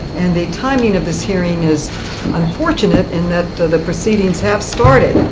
and the timing of this hearing is unfortunate in that the the proceedings have started.